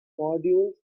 modules